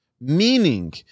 Meaning